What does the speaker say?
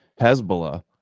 Hezbollah